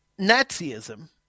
Nazism